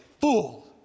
fool